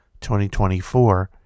2024